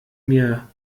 mir